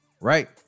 right